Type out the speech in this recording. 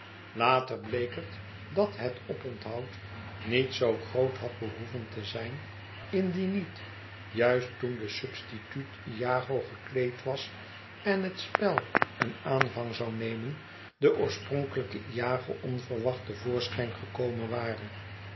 later bleek het dat het oponthoud niet zoo groot had behoeven te zijn indien niet juist toen de substituut iago gekleed was en het spel een aanvang zou nemen de oorspronkelijke iago onverwacht te voorschijn gekomen ware